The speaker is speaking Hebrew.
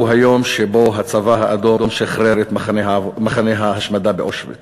שהוא היום שבו הצבא האדום שחרר את מחנה ההשמדה באושוויץ.